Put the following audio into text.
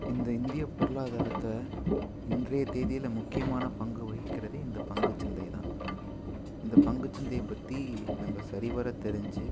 இந்த இந்திய பொருளாதாரத்தை இன்றைய தேதியில் முக்கியமான பங்கு வகிக்கிறது இந்த பங்குச்சந்தை தான் இந்த பங்குச்சந்தையை பற்றி நம்ப சரிவர தெரிஞ்சு